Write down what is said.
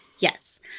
Yes